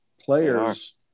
players